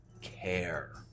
care